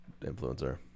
influencer